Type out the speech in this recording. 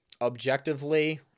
objectively